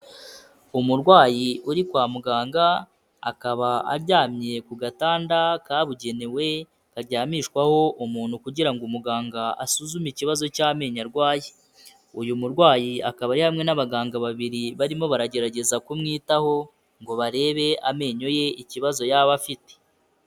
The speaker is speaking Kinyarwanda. Umurwayi uri kwa muganga, akaba aryamye ku gatanda kabugenewe karyamishwaho umuntu kugira ngo umuganga asuzume ikibazo cy'amenyo arwaye. Uyu murwayi akaba ari hamwe n'abaganga babiri barimo baragerageza kumwitaho ngo barebe amenyo ye ikibazo yaba afite.